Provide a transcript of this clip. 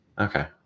Okay